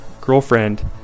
girlfriend